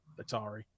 Atari